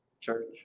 church